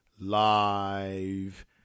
live